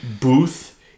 booth